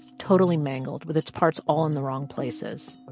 totally mangled with its parts all in the wrong places.